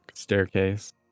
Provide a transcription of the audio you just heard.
Staircase